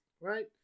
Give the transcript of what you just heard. right